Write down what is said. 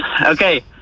Okay